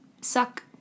suck